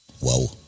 Wow